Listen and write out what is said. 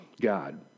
God